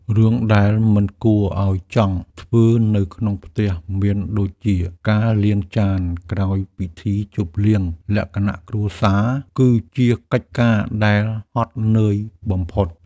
រឿងដែលមិនគួរឲ្យចង់ធ្វើនៅក្នុងផ្ទះមានដូចជា ការលាងចានក្រោយពិធីជប់លៀងលក្ខណៈគ្រួសារ គឺជាកិច្ចការដែលហត់នឿយបំផុត។